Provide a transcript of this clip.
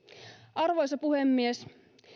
arvoisa puhemies